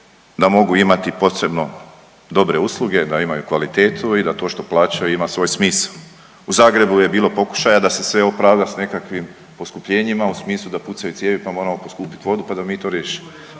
da mogu imati potrebno dobre usluge, da imaju kvalitetu i da to što plaćaju ima svoj smisao. U Zagrebu je bilo pokušaja da se sve opravda s nekakvim poskupljenjima u smislu da pucaju cijevi pa moramo poskupit vodu pa da mi to riješimo,